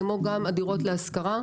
כמו גם הדירות להשכרה,